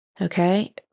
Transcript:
okay